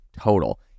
Total